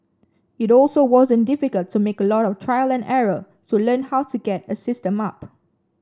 it also wasn't difficult to make a lot of trial and error to learn how to get a system up